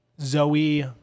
Zoe